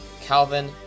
Calvin